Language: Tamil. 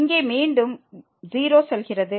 இங்கே மீண்டும் 0 செல்கிறது